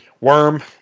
Worm